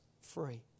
free